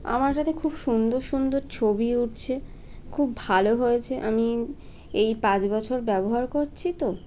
আমারটাতে খুব সুন্দর সুন্দর ছবি উঠছে খুব ভালো হয়েছে আমি এই এই পাঁচ বছর ব্যবহার করছি তো